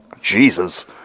Jesus